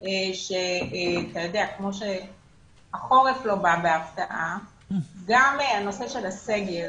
כמו שהחורף לא בא בהפתעה, גם הנושא של הסגר